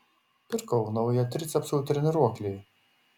pirkau naują tricepsų treniruoklį